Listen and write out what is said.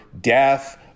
death